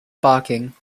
barking